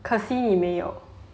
可惜你没有